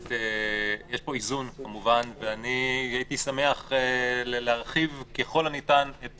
פה איזון כמובן והייתי שמח להרחיב ככל הניתן את